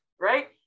right